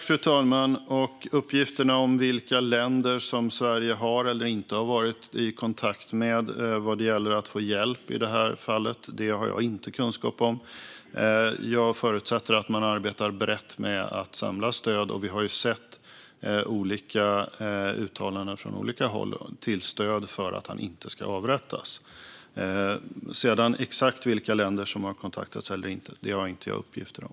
Fru talman! Uppgifterna om vilka länder som Sverige har eller inte har varit i kontakt med vad gäller att få hjälp i det här fallet har jag inte kunskap om. Jag förutsätter att man arbetar brett med att samla stöd. Vi har ju sett uttalanden från olika håll till stöd för att han inte ska avrättas. Sedan exakt vilka länder som har kontaktats eller inte har jag inte några uppgifter om.